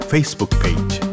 Facebook-Page